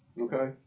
Okay